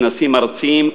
כנסים ארציים,